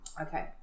okay